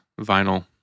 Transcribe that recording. vinyl